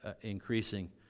increasing